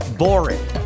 boring